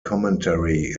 commentary